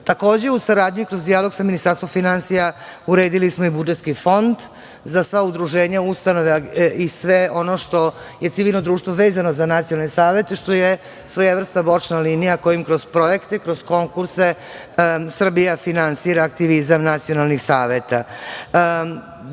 u saradnji kroz dijalog sa Ministarstvom finansija, uredili smo i budžetski fond, za sva udruženja, ustanove i sve ono što je civilno društvo vezano za nacionalne savete, što je svojevrsna bočna linija, kojim kroz projekte, kroz konkurse Srbija finansira aktivizam nacionalnih saveta.Za